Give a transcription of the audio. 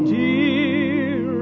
dear